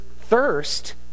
thirst